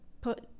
put